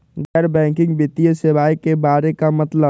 गैर बैंकिंग वित्तीय सेवाए के बारे का मतलब?